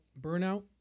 burnout